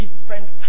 different